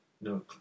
No